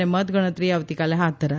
અને મતગણતરી આવતીકાલે હાથ ધરાશે